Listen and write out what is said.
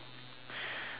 I did the same